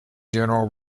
general